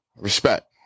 Respect